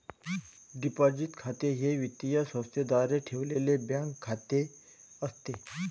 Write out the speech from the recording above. deposit खाते हे वित्तीय संस्थेद्वारे ठेवलेले बँक खाते असते